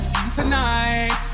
Tonight